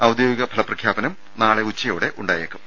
ഔദ്യോഗിക ഫല പ്രഖ്യാപനം നാളെ ഉച്ചയോടെ ഉണ്ടായേക്കും